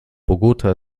bogotá